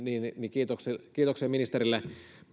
kiitoksia kiitoksia ministerille